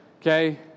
okay